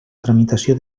tramitació